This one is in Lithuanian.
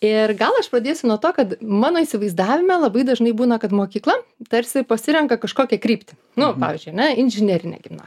ir gal aš pradėsiu nuo to kad mano įsivaizdavime labai dažnai būna kad mokykla tarsi pasirenka kažkokią kryptį nu pavyzdžiui ne inžinerinė gimna